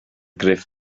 gruff